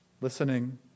listening